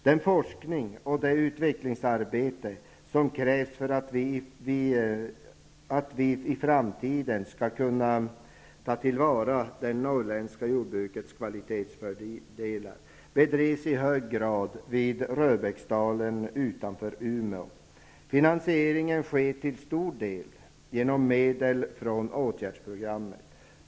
Den forskning och det utvecklingsarbete som krävs för att Sverige i framtiden skall kunna ta till vara det norrländska jordbrukets kvalitetsfördelar bedrivs i hög grad vid Röbäcksdalen utanför Umeå. Finansieringen sker till stor del genom medel från åtgärdsprogrammet.